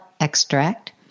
extract